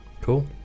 Cool